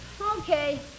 Okay